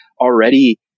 already